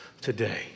today